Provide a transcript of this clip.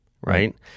Right